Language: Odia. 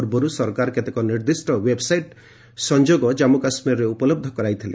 ପୂର୍ବରୁ ସରକାର କେତେକ ନିର୍ଦ୍ଧିଷ୍ଟ ଓ୍ୱେବ୍ସାଇଟ୍ ସଂଯୋଗ ଜାନ୍ଷୁ କାଶ୍ମୀରରେ ଉପଲନ୍ଧ କରାଇଥିଲେ